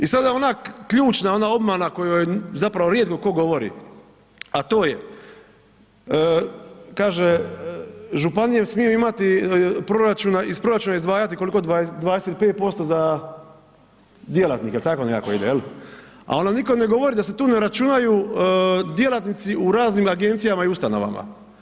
I sada ona ključna ona obmana o kojoj zapravo rijetko tko govori, a to je kaže županije smiju imati proračuna, iz proračuna izdvajati koliko 25% za djelatnike, jel tako nekako ide jel, a ono nitko ne govori da se tu ne računaju djelatnici u raznim agencijama i ustanovama.